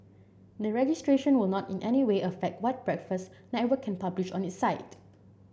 the registration will not in any way affect what Breakfast Network can publish on his site